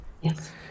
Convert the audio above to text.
Yes